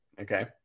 okay